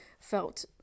felt